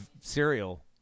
cereal